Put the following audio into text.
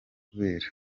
kubera